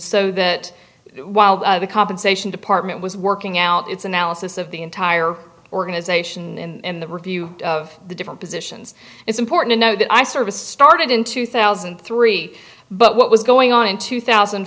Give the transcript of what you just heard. so that while the compensation department was working out its analysis of the entire organization and the review of the different positions it's important to know that i service started in two thousand and three but what was going on in two thousand